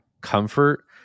comfort